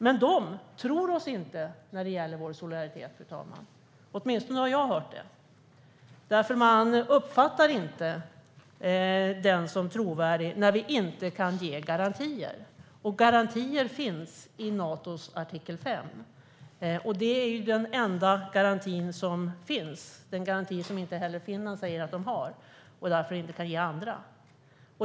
Men de tror oss inte när det gäller vår solidaritet, fru talman. Det är åtminstone vad jag har hört. De uppfattar den inte som trovärdig eftersom vi inte kan ge garantier. Garantier finns i Natos artikel 5, och det är den enda garanti som finns. Det är en garanti som inte heller Finland har och som man därför säger att man inte kan ge andra.